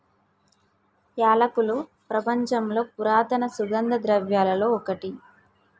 యాలకులు ప్రపంచంలోని పురాతన సుగంధ ద్రవ్యలలో ఒకటి